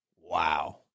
Wow